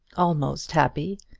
almost happy,